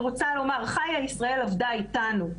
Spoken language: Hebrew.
ואני רוצה לומר: חיה ישראל עבדה איתנו.